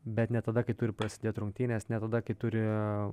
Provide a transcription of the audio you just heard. bet ne tada kai turi prasidėti rungtynės net tada kai turi